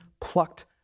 plucked